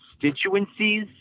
constituencies